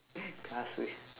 class we